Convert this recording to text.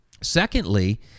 Secondly